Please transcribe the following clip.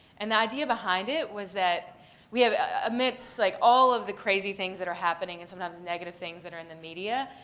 and the idea behind it was that we have a mix of like all of the crazy things that are happening and sometimes negative things that are in the media,